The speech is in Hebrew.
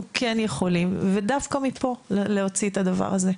כן יכולים ודווקא מפה להוציא את הדבר הזה.